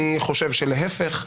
אני חושב שלהפך.